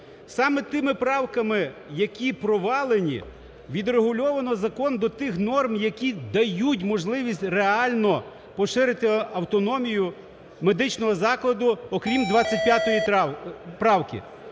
Саме тими правками, які провалені, відрегульовано закон до тих норм, які дають можливість реально поширити автономію медичного закладу, окрім 25 правки.